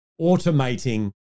automating